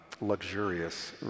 luxurious